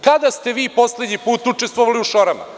Kada ste vi poslednji put učestvovali u šorama?